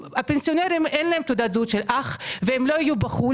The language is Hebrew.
לפנסיונרים אין תעודת זהות של אח והם לא היו בחו"ל